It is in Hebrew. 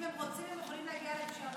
אם הם רוצים, הם יכולים להגיע לפשרה.